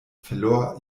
verlor